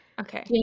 Okay